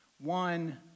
One